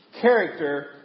Character